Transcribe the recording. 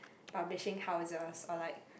publishing houses or like